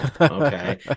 okay